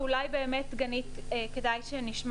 ואולי באמת דגנית תגיב,